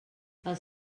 els